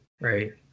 right